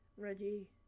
Reggie